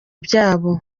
byabo